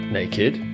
naked